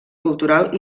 cultural